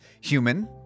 human